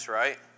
right